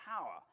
power